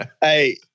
Hey